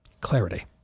Clarity